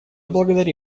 благодарю